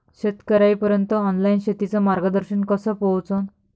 शेतकर्याइपर्यंत ऑनलाईन शेतीचं मार्गदर्शन कस पोहोचन?